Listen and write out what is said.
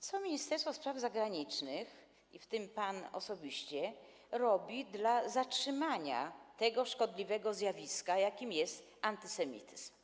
Co Ministerstwo Spraw Zagranicznych, w tym pan osobiście, robi dla zatrzymania tego szkodliwego zjawiska, jakim jest antysemityzm?